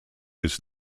his